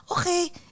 Okay